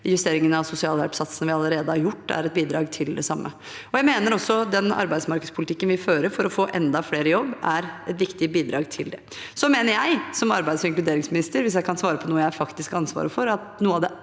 justeringene av sosialhjelpssatsene vi allerede har gjort, er et bidrag til det samme. Jeg mener også at den arbeidsmarkedspolitikken vi fører for å få enda flere i jobb, er et viktig bidrag til det. Så mener jeg som arbeids- og inkluderingsminister – hvis jeg kan svare på noe jeg faktisk har ansvaret for – at noe av det